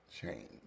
change